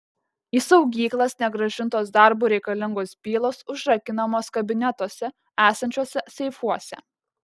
į saugyklas negrąžintos darbui reikalingos bylos užrakinamos kabinetuose esančiuose seifuose